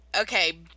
okay